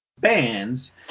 bands